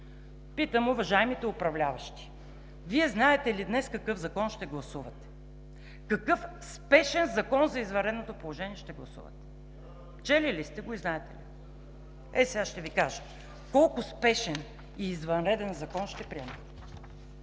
питам уважаемите управляващи: Вие знаете ли днес какъв закон ще гласувате? Какъв спешен закон за извънредното положение ще гласувате? Чели ли сте го и знаете ли? Ей сега ще Ви кажа колко спешен и извънреден закон ще приемете!